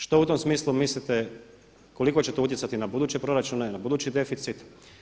Što u tom smislu mislite koliko će to utjecati na buduće proračune, na budući deficit.